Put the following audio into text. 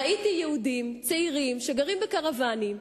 ראיתי יהודים צעירים שגרים בקרוונים,